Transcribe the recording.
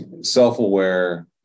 Self-aware